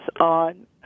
on